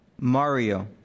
Mario